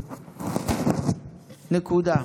נקודה.